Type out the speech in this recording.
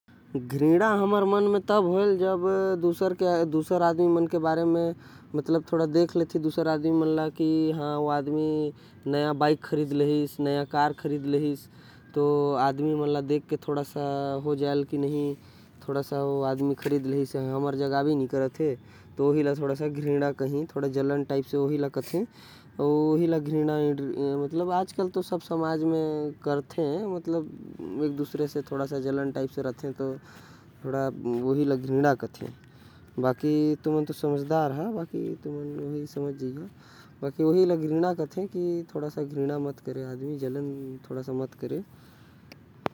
घृणा हमर मन में तब होएल जब दूसर आदमी के देख लेथी। नया बाइक खरीद लेहिस कार खरीद लेहिस। आदमी मन के देख के हो जाएल की नही हमर जगह आबे नही करेल। ओहि ला घृणा कथे आज तो समाज में सब करथे। तुमन तो समझदार हाँ समझ सकता।